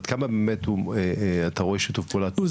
עד כמה באמת אתה רואה שיתוף פעולה בתחום הספציפי הזה,